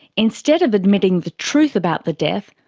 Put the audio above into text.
instead of admitting the truth about the death,